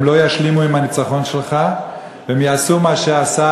הם לא ישלימו עם הניצחון שלך והם יעשו מה שעשה